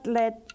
let